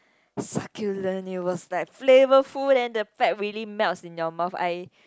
succulent it was like flavorful and the fat really melts in your mouth I